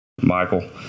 Michael